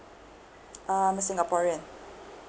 uh I'm a singaporean